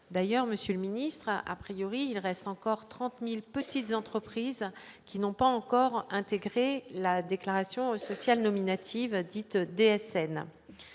d'ailleurs Monsieur le ministre, à priori, il reste encore 30000 petites entreprises qui n'ont pas encore intégré la déclaration sociale nominative dite DSN